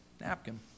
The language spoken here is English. napkin